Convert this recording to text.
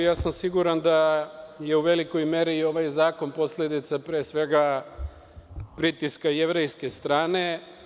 Ja sam siguran da je u velikoj meri i ovaj zakon posledica, pre svega, pritiska jevrejske strane.